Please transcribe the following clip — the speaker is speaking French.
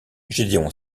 gédéon